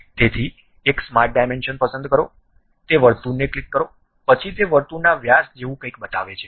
તેથી એક smart dimension પસંદ કરો તે વર્તુળને ક્લિક કરો પછી તે વર્તુળના વ્યાસ જેવું કંઈક બતાવે છે